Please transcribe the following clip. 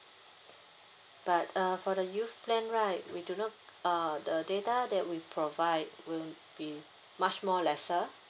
but uh for the youth plan right we do not uh the data that we provide will be much more lesser